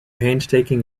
painstaking